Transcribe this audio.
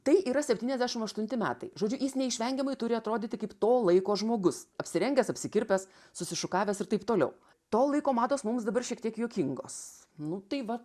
tai yra septyniasdešim aštunti metai žodžiu jis neišvengiamai turi atrodyti kaip to laiko žmogus apsirengęs apsikirpęs susišukavęs ir taip toliau to laiko mados mums dabar šiek tiek juokingos nu tai va